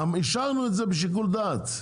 אישרנו את זה בשיקול דעת,